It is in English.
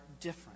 different